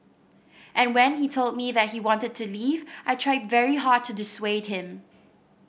and when he told me that he wanted to leave I tried very hard to dissuade him